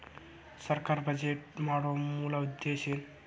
ಸರ್ಕಾರ್ ಬಜೆಟ್ ಮಾಡೊ ಮೂಲ ಉದ್ದೇಶ್ ಏನು?